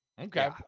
Okay